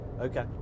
Okay